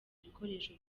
ibikoresho